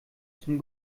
zum